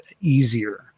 easier